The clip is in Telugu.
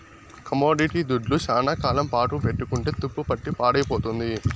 కమోడిటీ దుడ్లు శ్యానా కాలం పాటు పెట్టుకుంటే తుప్పుపట్టి పాడైపోతుంది